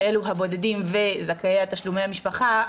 שאלו הבודדים וזכאי תשלומי המשפחה,